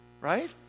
right